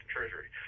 Treasury